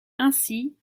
ainsi